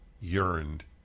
yearned